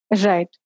Right